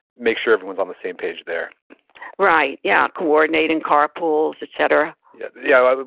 make sure everyone's on the same page there right, yeah. coordinating, car pools, etcetera yeah, yeah um